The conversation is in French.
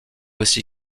aussi